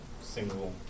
single